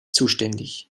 zuständig